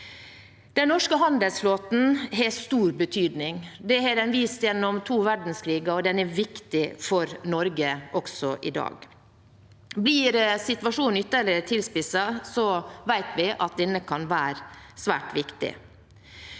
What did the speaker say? Den norske handelsflåten har stor betydning. Det har den vist gjennom to verdenskriger, og den er viktig for Norge også i dag. Blir situasjonen ytterligere tilspisset, vet vi at den kan være svært viktig.